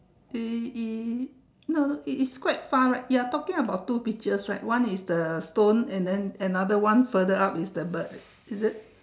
it it no no it is quite far right you are talking about two pictures right one is the stone and then another one further up is the bird is it